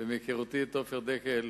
ומהיכרותי עם עפר דקל,